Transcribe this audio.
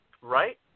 Right